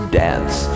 dance